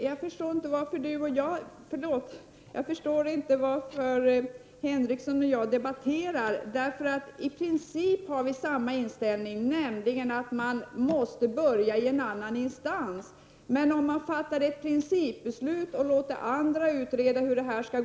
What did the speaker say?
Herr talman! Jag förstår inte varför Birgit Henriksson och jag debatterar. I princip har vi samma inställning, nämligen att man måste börja i en annan instans. Varför skall vi fatta ett principbeslut och låta andra utreda hur det skall gå till?